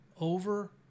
over